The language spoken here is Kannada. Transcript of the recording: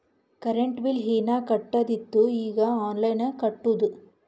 ಕರೆಂಟ್ ಬಿಲ್ ಹೀನಾ ಕಟ್ಟದು ಇತ್ತು ಈಗ ಆನ್ಲೈನ್ಲೆ ಕಟ್ಟುದ